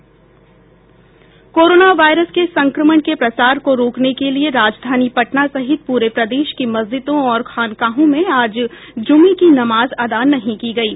corona virus के संक्रमण के प्रसार को रोकने के लिए राजधानी पटना सहित पूरे प्रदेश की मस्जिदों और खानकाहों में आज जुमे की नमाज अदा नहीं की गयी